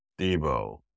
Debo